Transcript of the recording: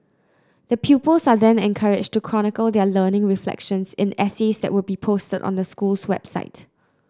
the pupils are then encouraged to chronicle their learning reflections in essays that will be posted on the school's website